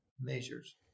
measures